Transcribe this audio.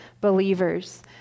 believers